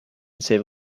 save